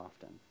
often